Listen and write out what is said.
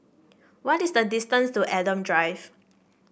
what is the distance to Adam Drive